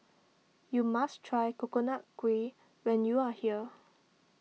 you must try Coconut Kuih when you are here